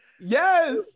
Yes